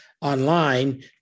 online